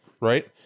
Right